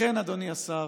לכן, אדוני השר,